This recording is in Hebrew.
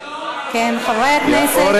חברי הכנסת,